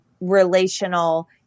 relational